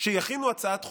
שיכינו הצעת חוק,